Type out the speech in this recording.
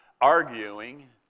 arguing